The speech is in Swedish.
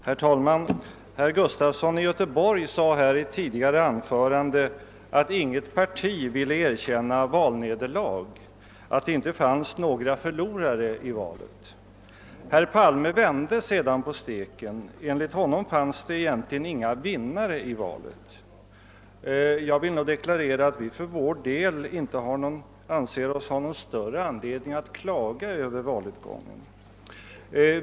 Herr talman! Herr Gustafson i Göteborg sade i ett tidigare anförande att inget parti vill erkänna något valnederlag, att det inte fanns några förlorare i valet. Herr Palme vände sedan på steken. Enligt honom fanns det egentligen inga vinnare i valet. Jag vill nog deklarera att vi för vår del inte anser oss ha någon större anledning att klaga över valutgången.